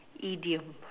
idiom